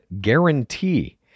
guarantee